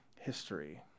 history